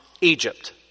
Egypt